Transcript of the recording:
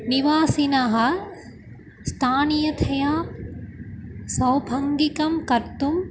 निवासिनः स्थानीयतया सौभङ्गिकं कर्तुम्